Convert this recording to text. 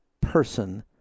person